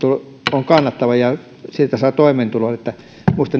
on kannattavaa ja siitä saa toimeentulon minusta